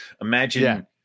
imagine